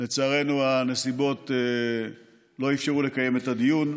לצערנו, הנסיבות לא אפשרו לקיים את הדיון.